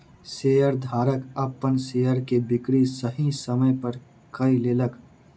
शेयरधारक अपन शेयर के बिक्री सही समय पर कय लेलक